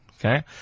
okay